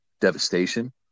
devastation